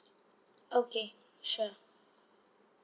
okay sure